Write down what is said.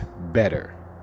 better